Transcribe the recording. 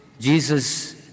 Jesus